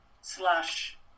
Slash